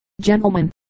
gentlemen